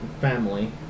family